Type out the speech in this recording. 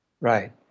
right